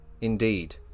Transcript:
Indeed